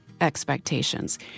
expectations